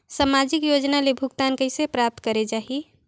समाजिक योजना ले भुगतान कइसे प्राप्त करे जाहि?